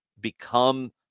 become